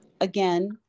again